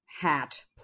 hat